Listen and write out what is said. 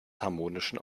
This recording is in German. harmonischen